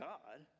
God